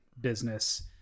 business